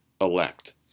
elect